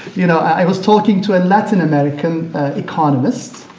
you know, i was talking to a latin american economist,